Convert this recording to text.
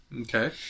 okay